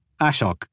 Ashok